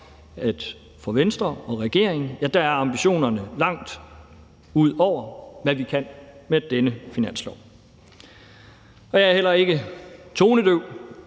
at for Venstre og regeringen er ambitionerne langt ud over, hvad vi kan med denne finanslov. Kl. 09:57 Jeg er heller ikke tonedøv;